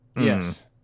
Yes